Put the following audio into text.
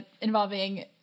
involving